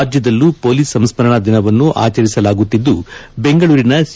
ರಾಜ್ಯದಲ್ಲೂ ಹೊಲೀಸ್ ಸಂಸ್ತರಣಾ ದಿನವನ್ನು ಆಚರಿಸಲಾಗುತ್ತಿದ್ದು ಬೆಂಗಳೂರಿನ ಸಿ